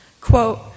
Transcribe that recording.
Quote